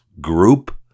group